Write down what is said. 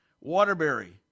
Waterbury